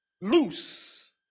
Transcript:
loose